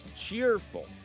cheerful